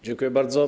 Dziękuję bardzo.